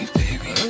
baby